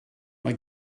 mae